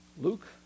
Luke